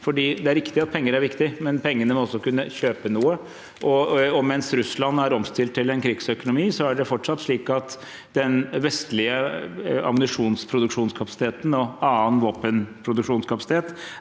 Det er riktig at penger er viktig, men man må også kunne kjøpe noe for pengene. Mens Russland er omstilt til en krigsøkonomi, er det fortsatt slik at den vestlige ammunisjonsproduksjonskapasiteten og annen våpenproduksjonskapasitet